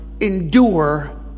endure